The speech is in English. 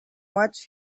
watch